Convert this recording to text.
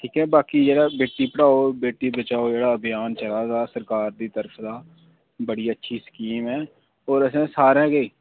ते बाकी जेह्ड़ा बेटी बचाओ बेटी पढ़ाओ जेह्ड़ा अभियान चला दा सरकार दी तरफ दा बडी अच्छी स्कीम ऐ होर असें सारें गै